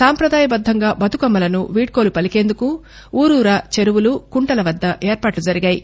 సాంపదాయ బద్దంగా బతుకమ్మలకు వీడ్కోలు పలికేందుకు ఊరూరా చెరువులు కుంటలవద్ద ఏర్పాట్లు జరిగాయి